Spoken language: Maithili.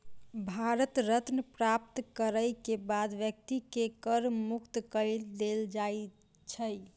भारत रत्न प्राप्त करय के बाद व्यक्ति के कर मुक्त कय देल जाइ छै